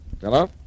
Hello